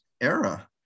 era